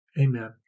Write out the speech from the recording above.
amen